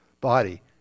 body